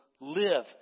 live